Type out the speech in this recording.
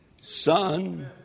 Son